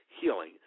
healing